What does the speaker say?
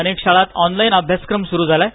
अनेक शाळांत ऑनलाईन अभ्यासक्रम सुरु झालाय